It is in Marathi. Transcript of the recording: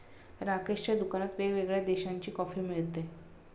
राकेशच्या दुकानात वेगवेगळ्या देशांची कॉफी मिळते